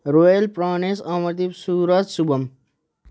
royal Pranesh Amardeep Suraj Shubham